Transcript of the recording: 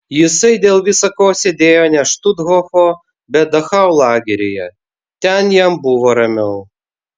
jisai dėl visa ko sėdėjo ne štuthofo bet dachau lageryje ten jam buvo ramiau